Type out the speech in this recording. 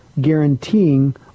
guaranteeing